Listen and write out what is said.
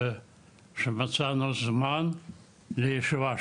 שמצאו זמן לישיבה שלנו.